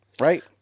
right